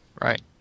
Right